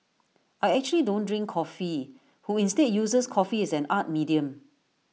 I actually don't drink coffee who instead uses coffee as an art medium